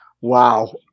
Wow